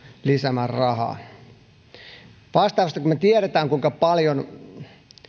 lisämäärärahaa kun me kuitenkin tiedämme kuinka paljon